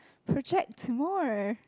project more